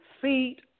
feet